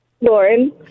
Lauren